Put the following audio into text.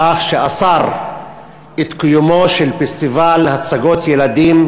מכך שאסר את קיומו של פסטיבל הצגות ילדים,